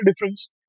difference